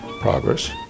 progress